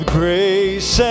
grace